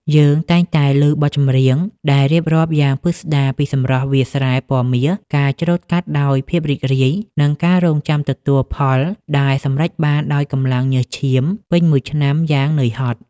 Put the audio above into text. យើងតែងតែឮបទចម្រៀងដែលរៀបរាប់យ៉ាងពិស្តារពីសម្រស់វាលស្រែពណ៌មាស ការច្រូតកាត់ដោយភាពរីករាយ និងការរង់ចាំទទួលផលដែលសម្រេចបានដោយកម្លាំងញើសឈាមពេញមួយឆ្នាំយ៉ាងនឿយហត់។